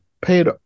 paid